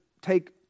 take